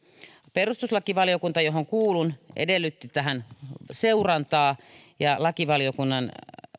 perustuslakivaliokunta johon kuulun edellytti tähän seurantaa ja lakivaliokunnan